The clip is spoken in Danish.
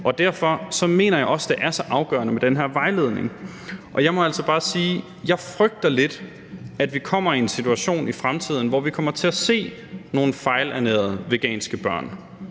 Og derfor mener jeg også, det er så afgørende med den her vejledning, og jeg må altså bare sige, at jeg frygter lidt, at vi kommer i en situation i fremtiden, hvor vi kommer til at se nogle fejlernærede veganske børn.